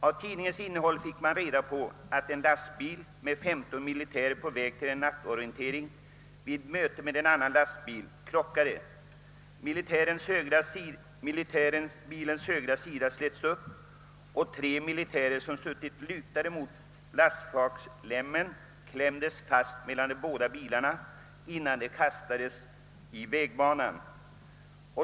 Av tidningens innehåll fick man veta att en lastbil med 15 militärer på väg till en nattorientering vid möte med en annan lastbil krockade med denna. Militärbilens högra sida slets upp, och tre militärer som suttit lutade mot lastflakslämmen klämdes fast mellan de båda bilarna innan de kastades i vägbanan.